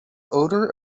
odor